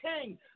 king